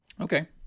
Okay